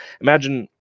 Imagine